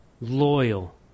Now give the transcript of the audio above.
loyal